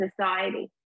society